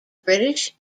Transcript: british